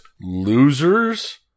losers